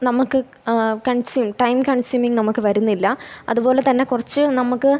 നമുക്ക് ആ consume time consuming നമുക്ക് വരുന്നില്ല അതുപോലെ തന്നെ കുറച്ച് നമുക്ക്